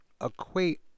equate